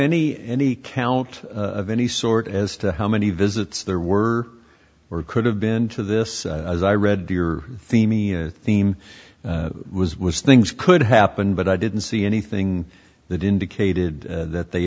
any any count of any sort as to how many visits there were or could have been to this as i read your femia theme was was things could happen but i didn't see anything that indicated that they